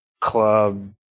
club